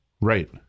Right